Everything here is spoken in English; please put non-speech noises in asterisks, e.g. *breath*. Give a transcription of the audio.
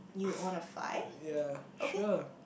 *breath* so yeah